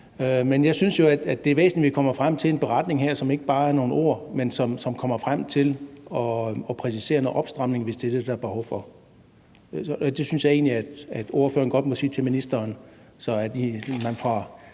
men jeg synes, det er væsentligt, at vi kommer frem til en beretning her, som ikke bare er nogle ord, men som kommer frem til at præcisere noget opstramning, hvis det er det, der er behov for. Det synes jeg egentlig at ordføreren godt må sige til ministeren, så man